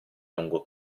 lungo